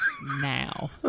now